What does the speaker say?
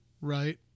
right